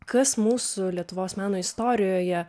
kas mūsų lietuvos meno istorijoje